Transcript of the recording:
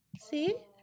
See